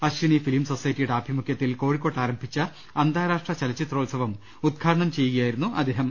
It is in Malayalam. അശ്വിനി ഫിലിം സൊസൈറ്റിയുടെ ആഭിമുഖൃത്തിൽ കോഴിക്കോട് ആരം ഭിച്ച അന്താരാഷ്ട്ര ചലച്ചിത്രോത്സവം ഉദ് ഘാടനം ചെയ്യുകയായിരുന്നു അദ്ദേഹം